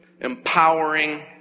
empowering